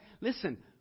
listen